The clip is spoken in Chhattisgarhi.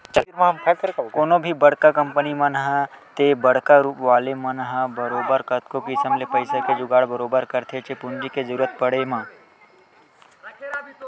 कोनो भी बड़का कंपनी मन ह ते बड़का गुरूप वाले मन ह बरोबर कतको किसम ले पइसा के जुगाड़ बरोबर करथेच्चे पूंजी के जरुरत पड़े म